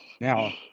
Now